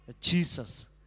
Jesus